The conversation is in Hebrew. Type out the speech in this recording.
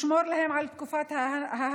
לשמור להן על תקופת ההגנה.